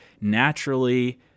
naturally